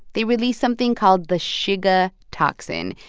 they release something called the shiga toxin.